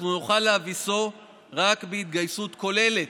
אנחנו נוכל להביסו רק בהתגייסות כוללת,